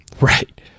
Right